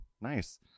Nice